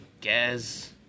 guess